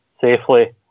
safely